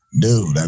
dude